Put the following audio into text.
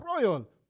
royal